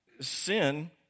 sin